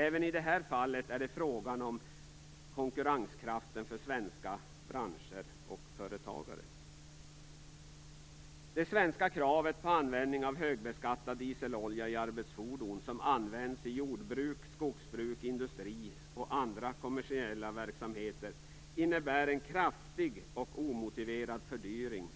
Även i det fallet är det fråga om konkurrenskraften för svenska branscher och företagare. Det svenska kravet på användning av högbeskattad dieselolja i arbetsfordon som används i jordbruk, skogsbruk, industri och andra kommersiella verksamheter, innebär en kraftig och omotiverad fördyring